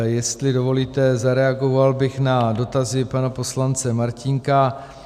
Jestli dovolíte, zareagoval bych na dotazy pana poslance Martínka.